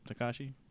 Takashi